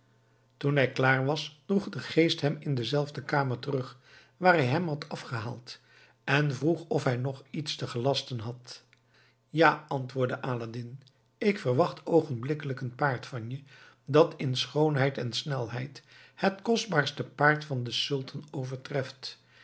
toen hij klaar was droeg de geest hem in dezelfde kamer terug waar hij hem had afgehaald en vroeg of hij nog iets te gelasten had ja antwoordde aladdin ik verwacht oogenblikkelijk een paard van je dat in schoonheid en snelheid het kostbaarste paard van den sultan overtreft